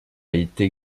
été